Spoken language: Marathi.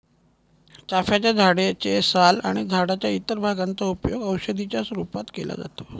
चाफ्याच्या झाडे चे साल आणि झाडाच्या इतर भागांचा उपयोग औषधी च्या रूपात केला जातो